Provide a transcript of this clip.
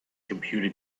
computer